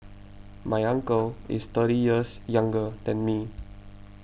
my uncle is thirty years younger than me